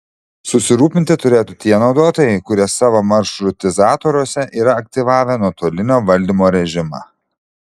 susirūpinti turėtų tie naudotojai kurie savo maršrutizatoriuose yra aktyvavę nuotolinio valdymo režimą